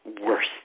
worse